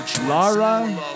Lara